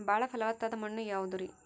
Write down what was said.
ಬಾಳ ಫಲವತ್ತಾದ ಮಣ್ಣು ಯಾವುದರಿ?